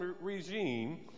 regime